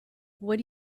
what